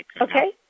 okay